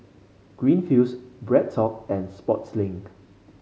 Greenfields BreadTalk and Sportslink